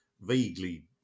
vaguely